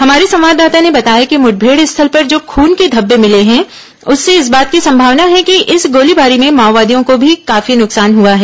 हमारे संवाददाता ने बताया कि मुठभेड़ स्थल पर जो खून के घब्बे मिले ेहैं उससे इस बात की संभावना है कि इस गोलीबारी में माओवादियों को भी काफी नकसान हुआ है